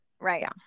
Right